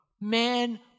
man